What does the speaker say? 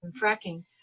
fracking